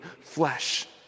flesh